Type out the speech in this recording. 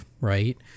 right